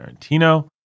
Tarantino